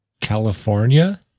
California